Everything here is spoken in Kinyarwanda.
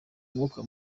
umwuka